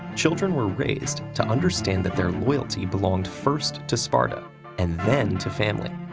children were raised to understand that their loyalty belonged first to sparta, and then to family.